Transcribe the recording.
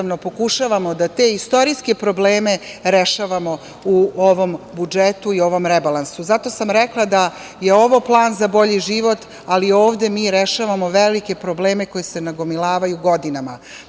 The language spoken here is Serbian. jednostavno pokušavamo da te istorijske probleme rešavamo u ovom budžetu i ovom rebalansu. Zato sam rekla da je ovo plan za bolji život, ali ovde mi rešavamo velike probleme koji se nagomilavaju godinama. Znači,